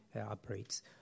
operates